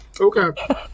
okay